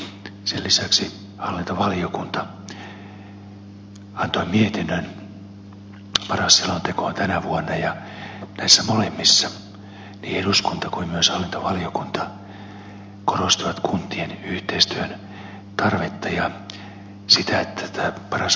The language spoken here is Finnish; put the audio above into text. sen lisäksi hallintovaliokunta antoi mietinnön paras selontekoon tänä vuonna ja näissä molemmissa niin eduskunta kuin myös hallintovaliokunta korostivat kuntien yhteistyön tarvetta ja sitä että paras kokonaisuutta pitää viedä määrätietoisesti eteenpäin